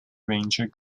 ranger